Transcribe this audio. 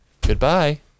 Goodbye